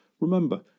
Remember